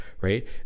right